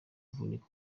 avunika